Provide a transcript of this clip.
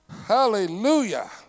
hallelujah